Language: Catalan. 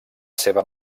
seva